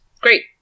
Great